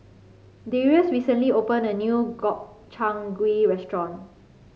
Darius recently opened a new Gobchang Gui Restaurant